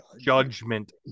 Judgment